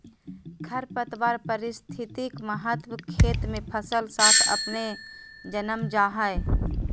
खरपतवार पारिस्थितिक महत्व खेत मे फसल साथ अपने जन्म जा हइ